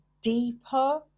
deeper